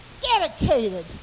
dedicated